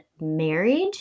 marriage